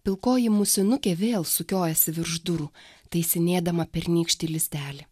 pilkoji musinukė vėl sukiojasi virš durų taisinėdama pernykštį lizdelį